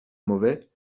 mauvais